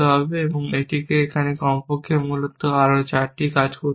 এবং এটিকে এখানে কমপক্ষে মূলত আরও চারটি কাজ করতে হবে